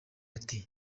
ati